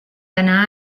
anà